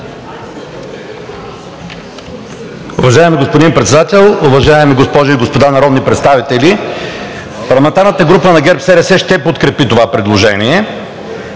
Уважаеми господин Председател, уважаеми госпожи и господа народни представители! Парламентарната група на ГЕРБ-СДС ще подкрепи това предложение.